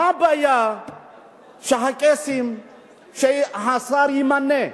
מה הבעיה שהקייסים שהשר ימנה,